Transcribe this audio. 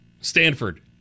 Stanford